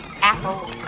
Apple